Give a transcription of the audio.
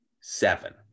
seven